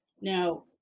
Now